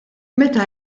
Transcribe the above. meta